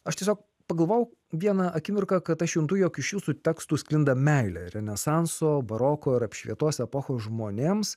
aš tiesiog pagavau vieną akimirką kad aš juntu jog iš jūsų tekstų sklinda meilė renesanso baroko ir apšvietos epochos žmonėms